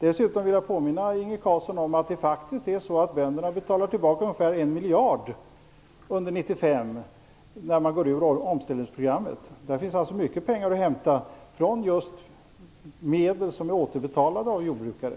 Dessutom vill jag påminna Inge Carlsson om att det faktiskt är så att bönderna betalar tillbaka ungefär en miljard under 1995 när de går ur omställningsprogrammet. Där finns alltså mycket pengar att hämta från just medel som är återbetalade av jordbrukare.